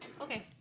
Okay